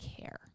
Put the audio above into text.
care